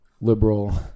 liberal